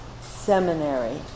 seminary